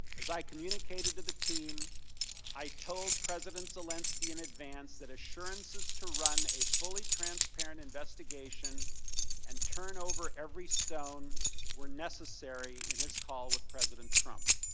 as i communicated to the team i told president zelensky in advance that assurances to run a fully transparent investigation and turn over every stone were necessary and his call with president trump.